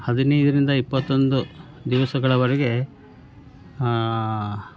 ಹದಿನೈದರಿಂದ ಇಪ್ಪತ್ತೊಂದು ದಿವಸಗಳವರೆಗೆ